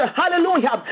hallelujah